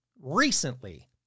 recently